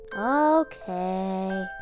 Okay